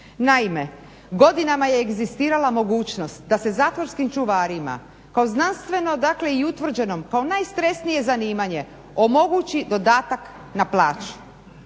Naime, godinama je egzistirala mogućnost da se zatvorskim čuvarima kao znanstveno dakle i utvrđenom kao najstresnije zanimanje omogući dodatak na plaće.